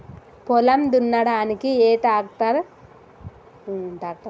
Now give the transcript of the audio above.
పొలం దున్నడానికి ఏ ట్రాక్టర్ ఎక్కువ మైలేజ్ ఇస్తుంది?